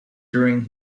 during